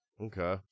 Okay